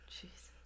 Jesus